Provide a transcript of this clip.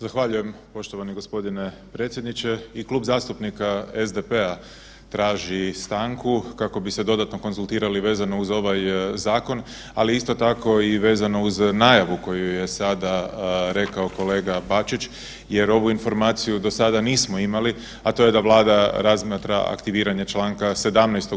Zahvaljujem poštovani gospodine i Klub zastupnika SDP-a traži stanku kako bi se dodatno konzultirali vezano uz ovaj zakon, ali isto tako i vezano uz najavu koju je sada rekao kolega Bačić jer ovu informaciju do sada nismo imali, a to je da Vlada razmatra aktiviranje Članka 17.